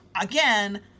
again